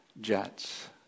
jets